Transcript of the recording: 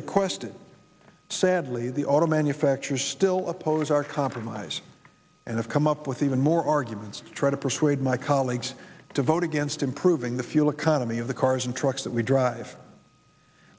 requested sadly the auto manufacturers still oppose our compromise and if come up with even more arguments to try to persuade my colleagues to vote against improving the fuel economy of the cars and trucks that we drive